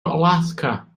alaska